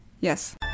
Yes